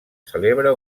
celebra